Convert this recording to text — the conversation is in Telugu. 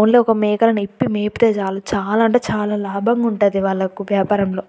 ఓన్లీ ఒక మేకలని ఇప్పి మేపితే చాలు చాలా అంటే చాలా లాభంగా ఉంటుంది వాళ్ళకు వ్యాపారంలో